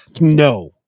No